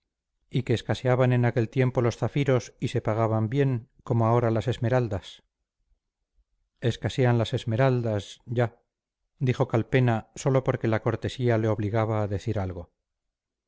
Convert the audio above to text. y que escaseaban en aquel tiempo los zafiros y se pagaban bien como ahora las esmeraldas escasean las esmeraldas ya dijo calpena sólo porque la cortesía le obligaba a decir algo